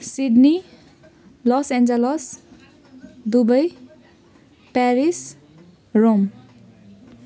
Sydney Los Angeles Dubai Paris Rome